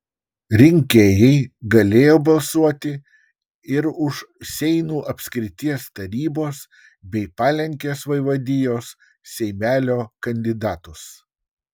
rinkėjai galėjo balsuoti ir už seinų apskrities tarybos bei palenkės vaivadijos seimelio kandidatus